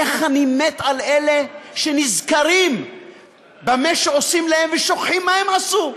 איך אני מת על אלה שנזכרים במה שעושים להם ושוכחים מה שהם עשו.